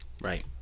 right